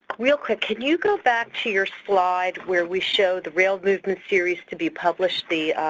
real quick, can you go back to your slide, where we show the rail movement series to be published? the